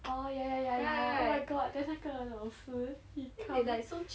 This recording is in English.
orh ya ya ya oh my god then 那个老师 he come